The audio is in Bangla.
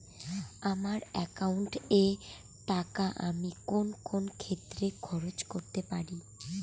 আমার একাউন্ট এর টাকা আমি কোন কোন ক্ষেত্রে খরচ করতে পারি?